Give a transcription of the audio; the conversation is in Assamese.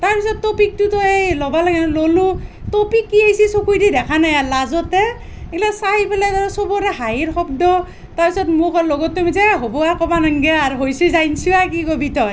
তাৰ পিছত তো টপিকটোতো এই ল'বা লাগে ল'লোঁ টপিক কি আহিছে চকুৱেদি দেখা নাই আৰু লাজতে এইগ্লা চাই পেলাই আৰু চবৰে হাঁহিৰ শব্দ তাৰ পাছত মোক আৰু লগৰটোই কৈছে এহ হ'ব আহ ক'বা নালগে আৰ হৈছে জানছু আৰ কি ক'বি তই